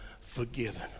forgiven